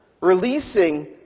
releasing